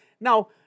Now